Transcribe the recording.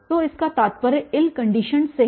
तो इसका तात्पर्य इल कन्डिशन्ड से है